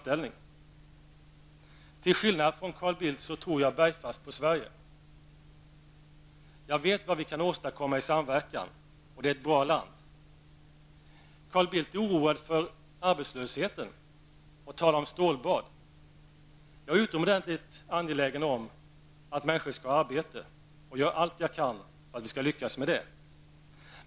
Till skillnad från Carl Bildt tror jag bergfast på Sverige. Jag vet vad vi kan åstadkomma i samverkan. Det är ett bra land. Carl Bildt oroade sig för arbetslösheten och talade om stålbad. Jag är utomordentligt angelägen om att människor skall ha arbete och gör allt vad jag kan när det gäller den saken.